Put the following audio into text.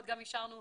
הם צריכים תקנים.